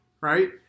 right